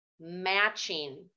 matching